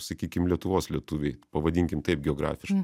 sakykim lietuvos lietuviai pavadinkim taip geografiškai